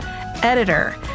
editor